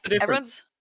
everyone's